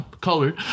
colored